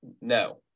No